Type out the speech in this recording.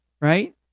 right